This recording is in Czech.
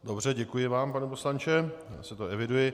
Dobře, děkuji vám, pane poslanče, já si to eviduji.